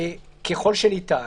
ככל שניתן,